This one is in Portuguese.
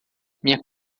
minha